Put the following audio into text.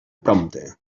prompte